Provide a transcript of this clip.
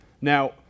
Now